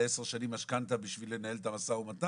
משכנתה לעשר שנים בשביל לנהל את המשא ומתן?